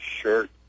shirt